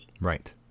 Right